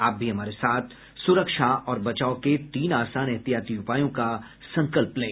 आप भी हमारे साथ सुरक्षा और बचाव के तीन आसान एहतियाती उपायों का संकल्प लें